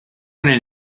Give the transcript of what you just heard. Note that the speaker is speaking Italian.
nel